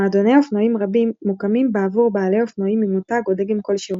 מועדוני אופנועים רבים מוקמים בעבור בעלי אופנועים ממותג או דגם כלשהו.